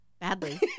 Badly